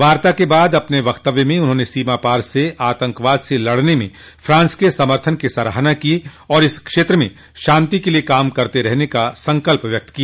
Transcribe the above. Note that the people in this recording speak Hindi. वार्ता के बाद अपने वक्तव्य में उन्होंने सीमा पार से आतंकवाद से लडने में फ्रांस के समर्थन की सराहना की और इस क्षेत्र में शांति के लिए काम करते रहने का संकल्प व्यक्त किया